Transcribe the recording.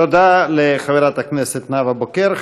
תודה לחבר הכנסת נאוה בוקר.